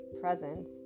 present